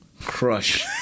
crush